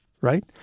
right